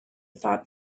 thought